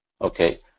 okay